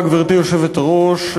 גברתי היושבת-ראש,